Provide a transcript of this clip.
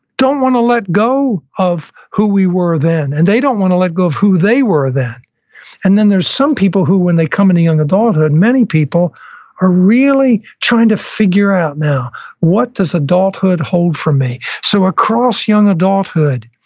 don't want to let go of who we were then, and they don't want to let go of who they were then and then there's some people who when they come into young adulthood, many people are really trying to figure out now what does adulthood hold for me? so across young adulthood,